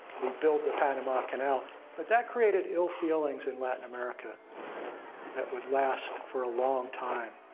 we built the panama canal. but that created ill feelings in latin america that would last for a long time.